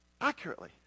accurately